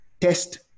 test